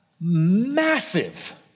massive